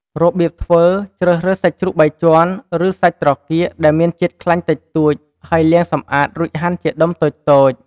របៀបធ្វើ ជ្រើសរើសសាច់ជ្រូកបីជាន់ ឬសាច់ត្រគាកដែលមានជាតិខ្លាញ់តិចតួច ហើយលាងសម្អាត រួចហាន់ជាដុំតូចៗ។